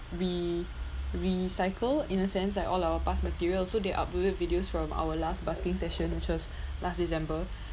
re~ recycle in a sense like all our past materials so they uploaded videos from our last busking sessions which was last december